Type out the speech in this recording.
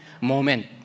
moment